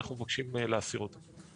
אנחנו מבקשים להסיר אותו.